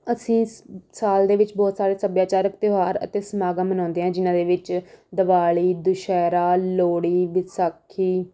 ਅਸੀਂ ਸਾਲ ਦੇ ਵਿੱਚ ਬਹੁਤ ਸਾਰੇ ਸੱਭਿਆਚਾਰਕ ਤਿਉਹਾਰ ਅਤੇ ਸਮਾਗਮ ਮਨਾਉਂਦੇ ਹਾਂ ਜਿਨ੍ਹਾਂ ਦੇ ਵਿੱਚ ਦੀਵਾਲੀ ਦੁਸਹਿਰਾ ਲੋਹੜੀ ਵਿਸਾਖੀ